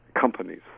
companies